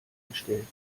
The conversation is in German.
gestellt